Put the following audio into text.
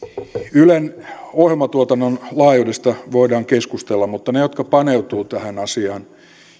ylen ohjelmatuotannon laajuudesta voidaan keskustella mutta he jotka paneutuvat tähän asiaan